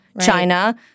China